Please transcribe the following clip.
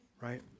right